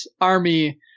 Army